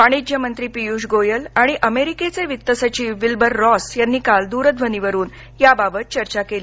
वाणिज्य मंत्री पीयूष गोयल आणि अमेरिकेचे वित्त सचिव विलबर रॉस यांनी काल दूरध्वनी वरून याबाबत चर्चा केली